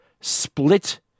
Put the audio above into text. split